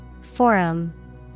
forum